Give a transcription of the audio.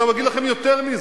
אגיד לכם יותר מזה: